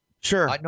Sure